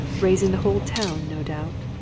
raising the whole town, no doubt?